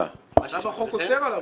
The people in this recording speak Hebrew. עכשיו החוק אוסר על עבודה.